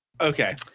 Okay